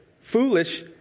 foolish